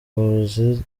ruzi